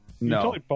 No